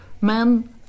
men